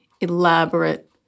elaborate